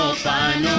so sign